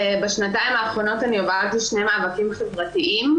בשנתיים האחרונות אני הובלתי שני מאבקים חברתיים